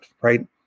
right